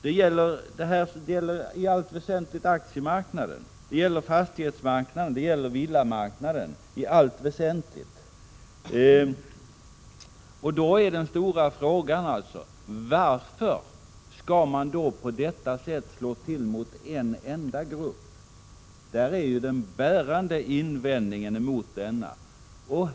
Detta gäller i allt väsentligt aktiemarknaden, fastighetsmarknaden och villamarknaden. Den stora frågan är då: Varför skall man på detta sätt slå till mot en enda grupp? Det är den bärande invändningen mot skatten.